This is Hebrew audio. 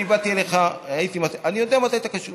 אני באתי אליך, אני יודע מתי אתה קשוב